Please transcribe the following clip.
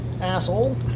Asshole